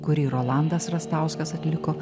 kurį rolandas rastauskas atliko